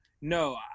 no